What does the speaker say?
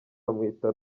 bamwita